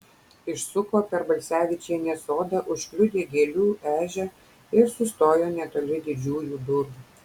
išsuko per balsevičienės sodą užkliudė gėlių ežią ir sustojo netoli didžiųjų durų